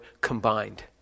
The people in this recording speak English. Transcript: combined